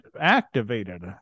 activated